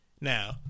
Now